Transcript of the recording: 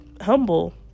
humble